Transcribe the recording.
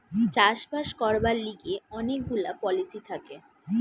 চাষ বাস করবার লিগে অনেক গুলা পলিসি থাকে